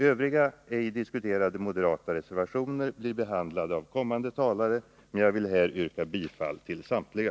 Övriga, ej diskuterade moderata reservationer blir behandlade av kommande talare, och jag vill med detta yrka bifall till samtliga.